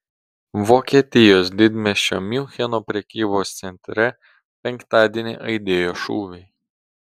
vokietijos didmiesčio miuncheno prekybos centre penktadienį aidėjo šūviai